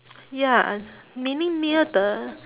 ya meaning near the